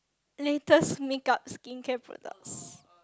latest make-up skincare products